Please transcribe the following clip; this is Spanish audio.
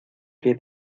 que